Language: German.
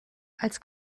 als